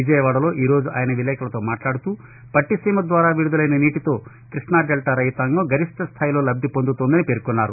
విజయవాడలో ఈరోజు ఆయన విలేకరులతో మాట్లాడుతూ పట్టిసీమ ద్వారా విడుదలైన నీటితో కృష్ణాడెల్టా రైతాంగం గరిష్ఠస్దాయిలో లబ్దిపొందు తోందని పేర్కొన్నారు